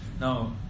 Now